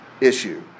issue